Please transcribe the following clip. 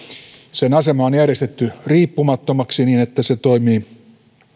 sen asema on järjestetty riippumattomaksi niin että se toimii